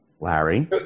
Larry